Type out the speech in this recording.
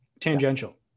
tangential